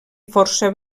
força